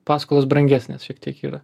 paskolos brangesnės šiek tiek yra